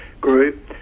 group